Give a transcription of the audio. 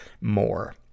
more